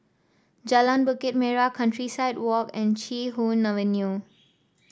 Jalan Bukit Merah Countryside Walk and Chee Hoon Avenue